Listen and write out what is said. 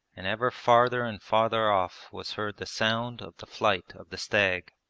and ever farther and farther off was heard the sound of the flight of the stag.